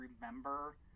remember